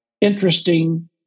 interesting